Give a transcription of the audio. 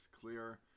clear